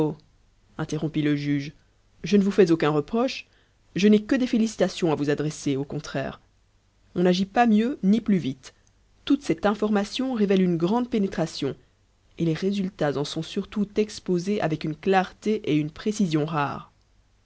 interrompit le juge je ne vous fais aucun reproche je n'ai que des félicitations à vous adresser au contraire on n'agit pas mieux ni plus vite toute cette information révèle une grande pénétration et les résultats en sont surtout exposés avec une clarté et une précision rares